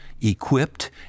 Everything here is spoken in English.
equipped